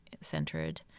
centered